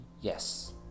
Yes